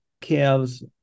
calves